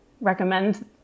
recommend